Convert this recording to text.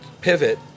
pivot